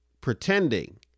Pretending